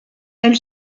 elle